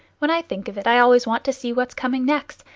when i think of it, i always want to see what's coming next,